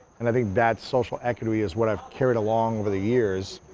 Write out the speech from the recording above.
and, i think that social equity is what i've carried along over the years.